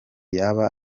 yaba